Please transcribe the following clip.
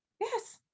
Yes